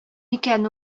икән